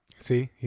See